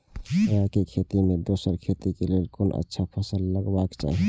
राय के खेती मे दोसर खेती के लेल कोन अच्छा फसल लगवाक चाहिँ?